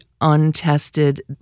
untested